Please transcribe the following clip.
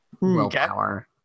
willpower